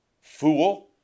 Fool